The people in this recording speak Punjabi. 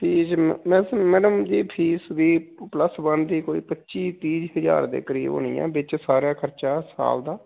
ਫੀਸ ਮੈ ਮੈਮ ਮੈਡਮ ਜੀ ਫੀਸ ਵੀ ਪੱਲਸ ਵਨ ਦੀ ਕੋਈ ਪੱਚੀ ਤੀਹ ਕੁ ਹਜ਼ਾਰ ਦੇ ਕਰੀਬ ਹੋਣੀ ਆ ਵਿੱਚ ਸਾਰਾ ਖਰਚਾ ਸਾਲ ਦਾ